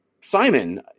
Simon